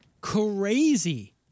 crazy